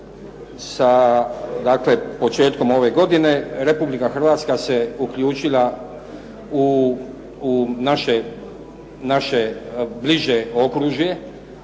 početkom ove godine, Republika Hrvatska se uključila u naše bliže okružje,